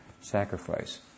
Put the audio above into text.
sacrifice